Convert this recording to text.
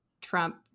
Trump